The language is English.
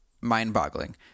mind-boggling